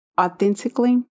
authentically